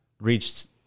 reached